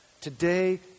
Today